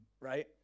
right